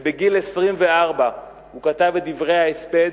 בגיל 24 הוא כתב את דברי ההספד,